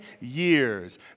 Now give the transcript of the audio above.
years